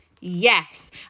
yes